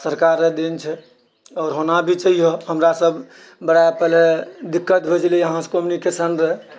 सरकार र देन छै आओर होना भी चाहियो हमरासभ बड़ा पहिने दिक्कत होइत छलै यहाँसँ कम्युनिकेशन र